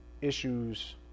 issues